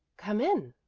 come in,